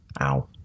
Ow